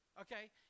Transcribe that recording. Okay